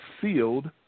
Sealed